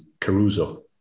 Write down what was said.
Caruso